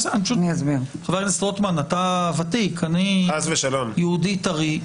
חבר הכנסת רוטמן, אתה ותיק ואני יהודי טרי.